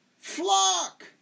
flock